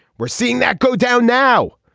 we're seeing that go down now.